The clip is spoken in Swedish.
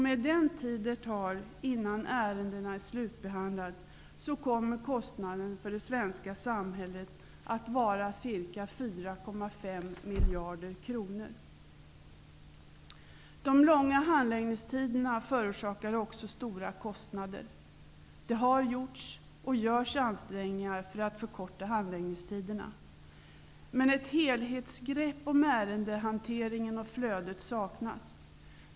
Med den tid det tar innan ärendena är slutbehandlade kommer kostnaden för det svenska samhället att bli ca 4,5 miljarder kronor. De långa handläggningstiderna förorsakar också stora kostnader. Det har gjorts, och görs, ansträngningar för att förkorta handläggningstiderna. Men ett helhetsgrepp om ärendehanteringen och flödet saknas.